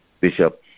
Bishop